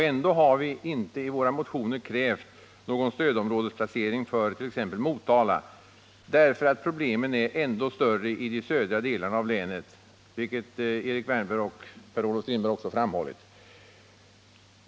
Ändå har vi inte i våra motioner krävt någon stödområdesplacering för t.ex. Motala, eftersom problemen är ännu större i de södra delarna av länet, vilket Erik Wärnberg och Per-Olof Strindberg också framhållit.